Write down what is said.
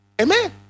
Amen